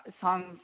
songs